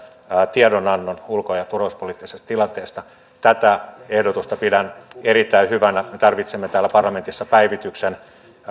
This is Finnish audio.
tiedonannon ulko ja turvallisuuspoliittisesta tilanteesta tätä ehdotusta pidän erittäin hyvänä me tarvitsemme täällä parlamentissa päivityksen